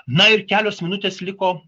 na ir kelios minutės liko